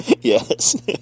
Yes